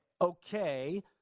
Okay